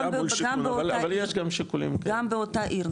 גם באותה עיר,